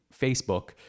Facebook